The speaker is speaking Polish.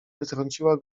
wytrąciła